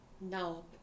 No